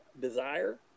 desire